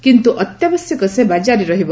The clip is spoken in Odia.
କିନ୍ତୁ ଅତ୍ୟାବଶ୍ୟକ ସେବା ଜାରି ରହିବ